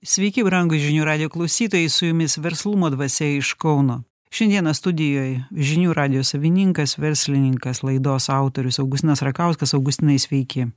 sveiki brangūs žinių radijo klausytojai su jumis verslumo dvasia iš kauno šiandieną studijoj žinių radijo savininkas verslininkas laidos autorius augustinas rakauskas augustinai sveiki